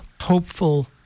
hopeful